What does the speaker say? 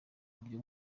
buryo